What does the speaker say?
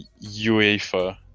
UEFA